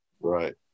Right